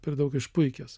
per daug išpuikęs